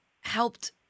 helped